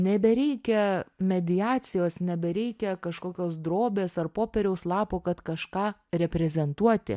nebereikia mediacijos nebereikia kažkokios drobės ar popieriaus lapo kad kažką reprezentuoti